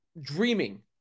dreaming